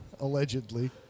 allegedly